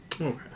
Okay